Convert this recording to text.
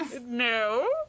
No